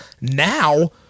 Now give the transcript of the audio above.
now